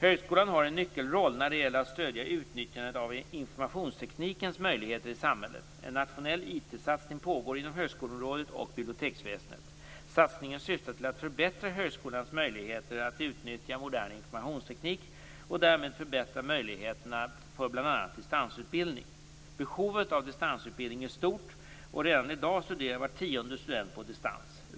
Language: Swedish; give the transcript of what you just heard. Högskolan har en nyckelroll när det gäller att stödja utnyttjandet av informationsteknikens möjligheter i samhället. En nationell IT-satsning pågår inom högskoleområdet och biblioteksväsendet. Satsningen syftar till att förbättra högskolans möjligheter att utnyttja modern informationsteknik och därmed förbättra möjligheterna för bl.a. distansutbildning. Behovet av distansutbildning är stort, och redan i dag studerar var tionde student på distans.